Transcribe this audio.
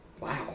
Wow